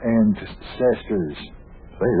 ancestors